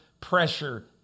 pressure